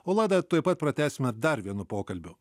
o laidą tuoj pat pratęsime dar vienu pokalbiu